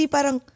Parang